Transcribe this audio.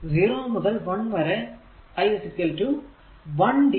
0 മുതൽ 1 വരെ i 1 dt